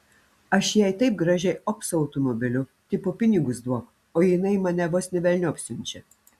aš jai taip gražiai op su automobiliu tipo pinigus duok o jinai mane vos ne velniop siunčia